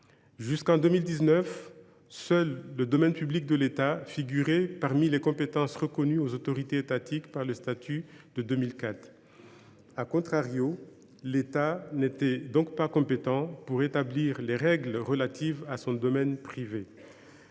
Jusqu’en 2019, seul le domaine public de l’État figurait parmi les compétences reconnues aux autorités étatiques par le statut de 2004., l’État n’était pas compétent pour établir les règles relatives à son domaine privé.